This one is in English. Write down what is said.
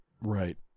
Right